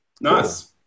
Nice